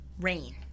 rain